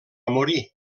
morir